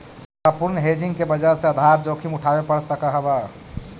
तोरा अपूर्ण हेजिंग के वजह से आधार जोखिम उठावे पड़ सकऽ हवऽ